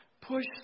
Push